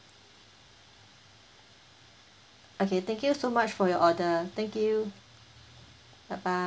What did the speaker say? okay thank you so much for your order thank you bye bye